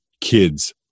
kids